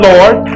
Lord